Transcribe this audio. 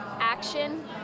Action